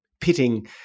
pitting